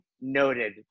noted